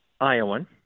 Iowan